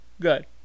good